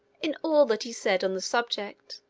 in all that he said on the subject,